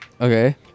Okay